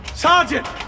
Sergeant